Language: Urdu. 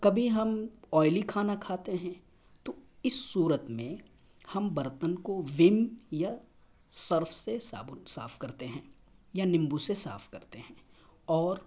کبھی ہم آئیلی کھانا کھاتے ہیں تو اس صورت میں ہم برتن کو ون یا سرف سے صاف کرتے ہیں یا نمبو سے صاف کرتے ہیں اور